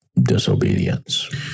disobedience